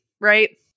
right